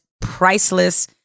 priceless